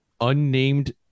unnamed